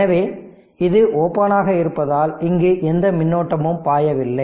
எனவே இது ஓபன் ஆக இருப்பதால் இங்கு எந்த மின்னோட்டமும் பாயவில்லை